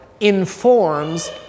informs